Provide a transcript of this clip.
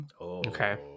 okay